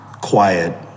quiet